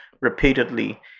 repeatedly